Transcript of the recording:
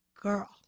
girl